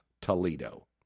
Toledo